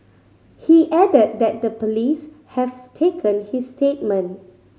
he added that the police have taken his statement